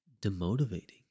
demotivating